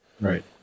Right